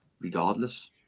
regardless